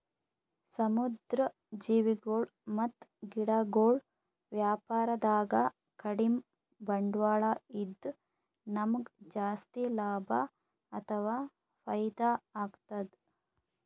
ಸಮುದ್ರ್ ಜೀವಿಗೊಳ್ ಮತ್ತ್ ಗಿಡಗೊಳ್ ವ್ಯಾಪಾರದಾಗ ಕಡಿಮ್ ಬಂಡ್ವಾಳ ಇದ್ದ್ ನಮ್ಗ್ ಜಾಸ್ತಿ ಲಾಭ ಅಥವಾ ಫೈದಾ ಆಗ್ತದ್